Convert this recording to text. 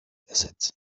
ersetzen